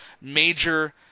major